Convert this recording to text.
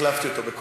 תמיד החלפתי אותו.